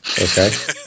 Okay